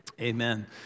amen